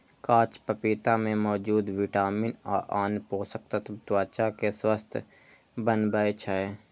कांच पपीता मे मौजूद विटामिन आ आन पोषक तत्व त्वचा कें स्वस्थ बनबै छै